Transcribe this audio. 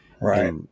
Right